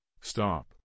stop